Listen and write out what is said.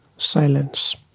silence